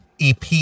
ep